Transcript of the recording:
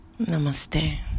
Namaste